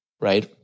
right